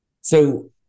So-